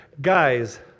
guys